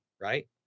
right